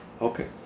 Okay